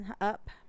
up